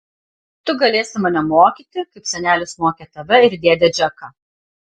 tu galėsi mane mokyti kaip senelis mokė tave ir dėdę džeką